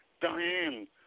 Diane